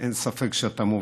אין ספק שאתה מוביל.